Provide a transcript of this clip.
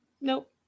Nope